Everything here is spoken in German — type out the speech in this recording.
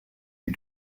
die